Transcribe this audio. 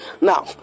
Now